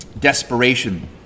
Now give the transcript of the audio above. desperation